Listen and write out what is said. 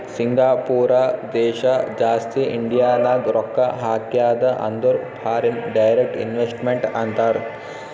Singapore ದೇಶ ಜಾಸ್ತಿ ಇಂಡಿಯಾನಾಗ್ ರೊಕ್ಕಾ ಹಾಕ್ಯಾದ ಅಂದುರ್ ಫಾರಿನ್ ಡೈರೆಕ್ಟ್ ಇನ್ವೆಸ್ಟ್ಮೆಂಟ್ ಅಂತಾರ್